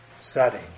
setting